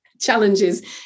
challenges